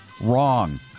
Wrong